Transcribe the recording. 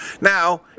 Now